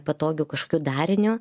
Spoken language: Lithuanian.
patogiu kažkokiu dariniu